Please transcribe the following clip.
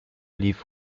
lief